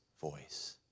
voice